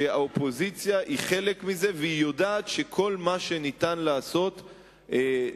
שהאופוזיציה היא חלק מזה והיא יודעת שכל מה שניתן לעשות נעשה.